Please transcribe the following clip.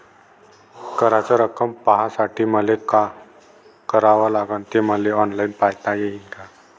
कराच रक्कम पाहासाठी मले का करावं लागन, ते मले ऑनलाईन पायता येईन का?